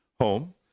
home